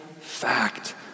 fact